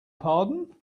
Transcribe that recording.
pardon